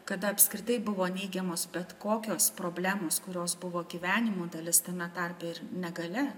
kada apskritai buvo neigiamos bet kokios problemos kurios buvo gyvenimo dalis tame tarpe ir negalia